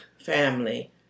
family